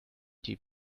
die